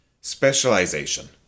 specialization